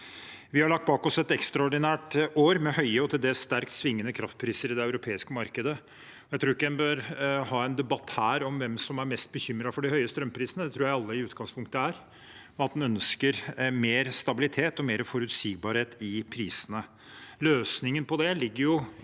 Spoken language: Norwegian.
Vi har lagt bak oss et ekstraordinært år med høye og til dels sterkt svingende kraftpriser i det europeiske markedet. Jeg tror ikke en bør ha en debatt her om hvem som er mest bekymret for de høye strømprisene, for det tror jeg at alle i utgangspunktet er, og at en ønsker mer stabilitet og mer forutsigbarhet i prisene. Løsningen på det ligger i